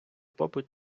попит